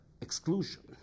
exclusion